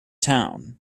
town